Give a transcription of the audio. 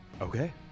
Okay